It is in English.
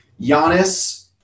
Giannis